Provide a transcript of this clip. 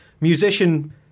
Musician